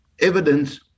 evidence